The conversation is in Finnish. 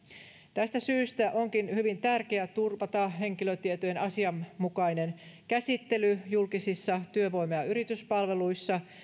tästä syystä onkin hyvin tärkeää turvata henkilötietojen asianmukainen käsittely julkisissa työvoima ja yrityspalveluissa